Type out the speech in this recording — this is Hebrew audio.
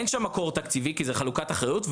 אין שם מקור תקציבי כי זו חלוקת אחריות,